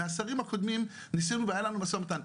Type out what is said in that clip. מהשרים הקודמים ניסינו, והיה לנו משא-ומתן.